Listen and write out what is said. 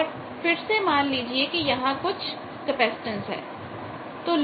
और फिर से मान लीजिए कि यहां कुछ कैपेसिटेंस है